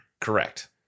Correct